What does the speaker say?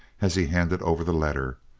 as he handed over the letter,